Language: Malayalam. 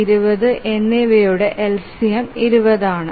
10 20 എന്നിവയുടെ LCM 20 ആണ്